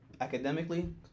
academically